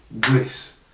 Grace